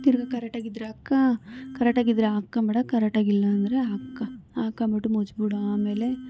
ತಿರುಗಾ ಕರೆಕ್ಟಾಗಿದ್ರೆ ಹಾಕ ಕರೆಕ್ಟಾಗಿದ್ರೆ ಹಾಕಬೇಡ ಕರೆಕ್ಟಾಗಿ ಇಲ್ಲಾಂದ್ರೆ ಹಾಕು ಹಾಕೊಂಬಿಟ್ಟು ಮುಚ್ಬಿಡು ಆಮೇಲೆ